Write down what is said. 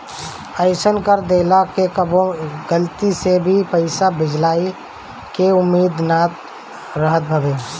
अइसन कर देहला से कबो गलती से भे पईसा भेजइला के उम्मीद ना रहत हवे